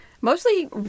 Mostly